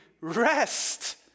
rest